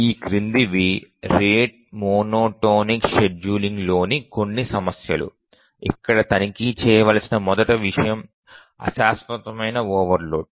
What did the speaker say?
ఈ క్రిందివి రేటు మోనోటోనిక్ షెడ్యూలింగ్లోని కొన్ని సమస్యలు ఇక్కడ తనిఖీ చేయవలసిన మొదటి విషయం అశాశ్వతమైన ఓవర్లోడ్